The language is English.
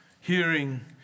hearing